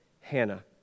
Hannah